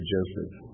Joseph